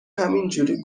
همینجوری